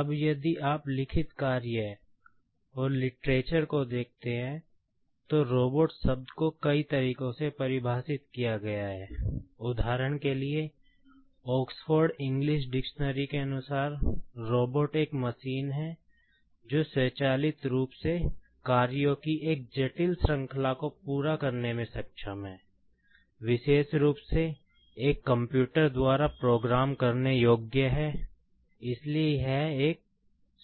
अब यदि आप लिखित कार्य एक मशीन है जो स्वचालित रूप से कार्यों की एक जटिल श्रृंखला को पूरा करने में सक्षम है विशेष रूप से एक कंप्यूटर द्वारा प्रोग्राम करने योग्य है इसलिए यह एक